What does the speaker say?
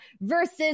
versus